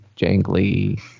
jangly